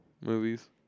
movies